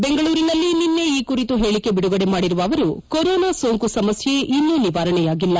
ಬೆಂಗಳೂರಿನಲ್ಲಿ ನಿನ್ನೆ ಈ ಕುರಿತು ಹೇಳಿಕೆ ಬಿಡುಗಡೆ ಮಾಡಿರುವ ಅವರು ಕೊರೊನಾ ಸೋಂಕು ಸಮಸ್ಯೆ ಇನ್ನೂ ನಿವಾರಣೆಯಾಗಿಲ್ಲ